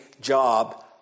job